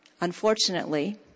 Unfortunately